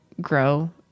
grow